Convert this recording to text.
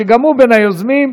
שגם הוא בין היוזמים,